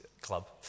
club